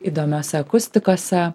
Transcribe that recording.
įdomiose akustikose